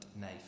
knife